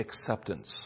acceptance